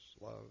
love